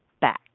back